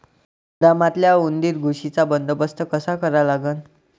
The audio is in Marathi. गोदामातल्या उंदीर, घुशीचा बंदोबस्त कसा करा लागन?